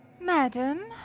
Madam